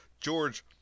George